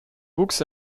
wuchs